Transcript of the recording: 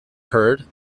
heard